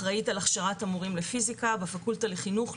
אחראית על הכשרת המורים לפיזיקה בפקולטה לחינוך,